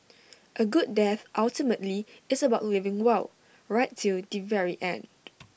A good death ultimately is about living well right till the very end